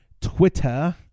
Twitter